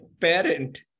parent